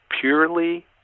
purely